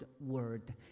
word